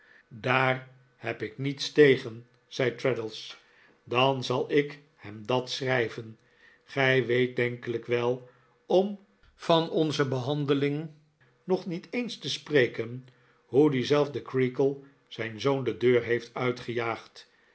daar heb ik niets tegen zei traddles dan zal ik hem dat schrijven gij weet denkelijk wel om van onze behandeling nog niet eens te spreken hoe diezelfde creakle zijn zoon de deur heeft uitgejaagd